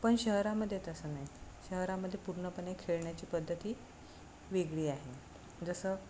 पण शहरामध्ये तसं नाही शहरामध्ये पूर्णपणे खेळण्याची पद्धती वेगळी आहे जसं